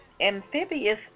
amphibious